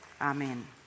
Amen